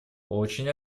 очень